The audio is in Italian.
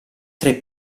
tre